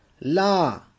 La